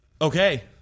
Okay